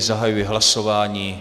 Zahajuji hlasování.